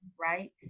right